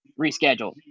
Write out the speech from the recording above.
rescheduled